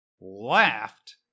laughed